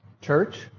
church